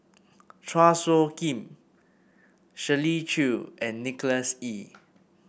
Chua Soo Khim Shirley Chew and Nicholas Ee